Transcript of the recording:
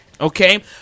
Okay